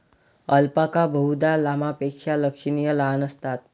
alpaca बहुधा लामापेक्षा लक्षणीय लहान असतात